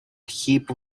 heap